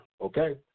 okay